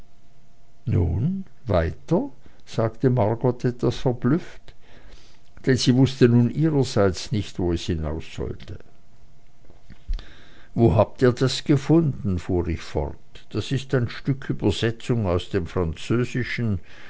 nun weiter sagte margot etwas verblüfft denn sie wußte nun ihrerseits nicht wo es hinaussollte wo habt ihr das gefunden fuhr ich fort das ist ein stück übersetzung aus dem französischen